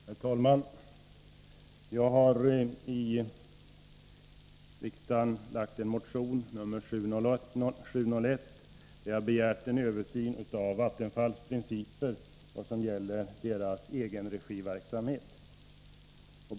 Herr talman! Jag har i riksdagen lagt fram en motion, 1982/83:701, där jag begärt en översyn av Vattenfalls principer i vad gäller företagets egenregiverksamhet.